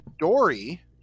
Dory